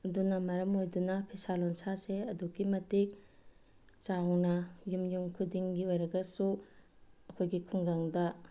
ꯑꯗꯨꯅ ꯃꯔꯝ ꯑꯣꯏꯗꯨꯅ ꯐꯤꯁꯥ ꯂꯣꯟꯁꯥꯁꯦ ꯑꯗꯨꯛꯀꯤ ꯃꯇꯤꯛ ꯆꯥꯎꯅ ꯌꯨꯝ ꯌꯨꯝ ꯈꯨꯗꯤꯡꯒꯤ ꯑꯣꯏꯔꯒꯁꯨ ꯑꯩꯈꯣꯏꯒꯤ ꯈꯨꯡꯒꯪꯗ